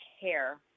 care